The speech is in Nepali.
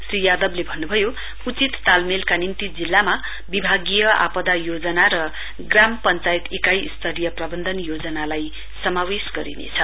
श्री यादवले भन्नुभयो उचित तालमेलका निम्ति जिल्लामा विभागीय आपदा योजना र ग्राम पञ्चायत इकाइ स्तरीय प्रवन्धन योजनालाई समावेश गरिनेछ